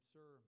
Sir